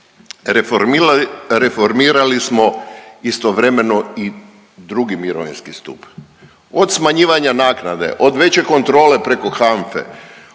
Reformirali smo istovremeno i drugi mirovinski stup, od smanjivanja naknade, od veće kontrole preko HNFA-e,